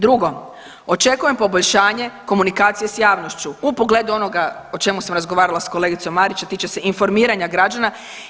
Drugo, očekujem poboljšanje, komunikacije sa javnošću u pogledu onoga o čemu sam razgovarala sa kolegicom Marić, a tiče se informiranja građana.